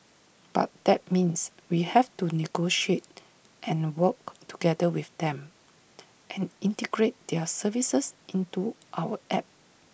but that means we have to negotiate and work together with them and integrate their services into our app